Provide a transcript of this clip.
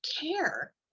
care